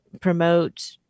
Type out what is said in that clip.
promote